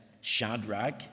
Shadrach